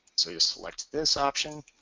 so you select this option